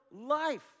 life